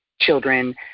children